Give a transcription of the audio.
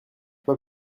pas